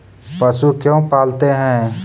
पशु क्यों पालते हैं?